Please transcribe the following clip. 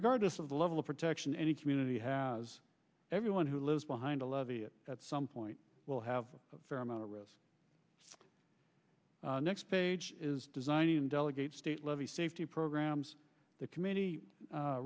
regardless of the level of protection any community has everyone who lives behind a levee it at some point will have a fair amount of risk next page is designing delegate state levy safety programs the comm